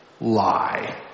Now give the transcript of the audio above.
lie